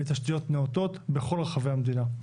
בתשתיות נאותות בכל רחבי המדינה.